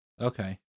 Okay